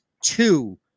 two